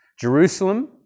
Jerusalem